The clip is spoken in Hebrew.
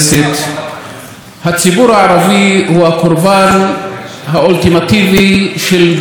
הציבור הערבי הוא הקורבן האולטימטיבי של מדיניות הממשלה הזאת.